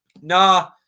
Nah